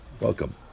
Welcome